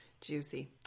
juicy